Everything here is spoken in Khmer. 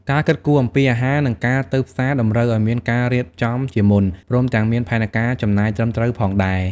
ការគិតគូរអំពីអាហារ និងការទៅផ្សារតម្រូវឱ្យមានការរៀបចំជាមុន ព្រមទាំងមានផែនការចំណាយត្រឹមត្រូវផងដែរ។